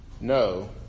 No